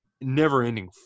never-ending